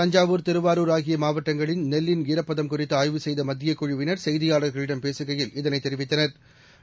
தஞ்சாவூர் திருவாரூர் ஆகிய மாவட்டங்களில் நெல்லின் ஈரப்பதம் குறித்து ஆய்வு செய்த மத்திய குழுவினா் செய்தியாளா்களிடம் பேசுகையில் இதனைத் தெரிவித்தனா்